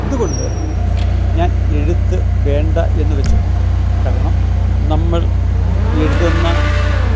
ഇതുകൊണ്ട് ഞാൻ എഴുത്ത് വേണ്ടെന്നുവെച്ചു കാരണം നമ്മൾ എഴുതുന്ന